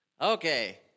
Okay